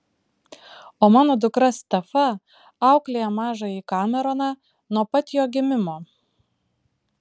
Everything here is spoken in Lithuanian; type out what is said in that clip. o mano dukra stefa auklėja mažąjį kameroną nuo pat jo gimimo